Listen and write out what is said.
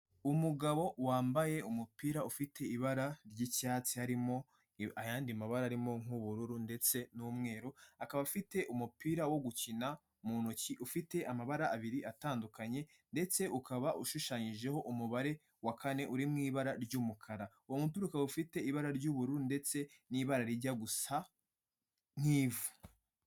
Umugabo wambaye umupira ufite ibara ry'icyatsi harimo ayandi mabara arimo nk'ubururu ndetse n'umweru, akaba afite umupira wo gukina mu ntoki ufite amabara abiri atandukanye, ndetse ukaba ushushanyijeho umubare wa kane uri mu ibara ry'umukara. Uwo mupira ukaba ufite ibara ry'ubururu ndetse n'ibara rijya gusa nk'ivu.